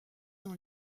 dans